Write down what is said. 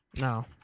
No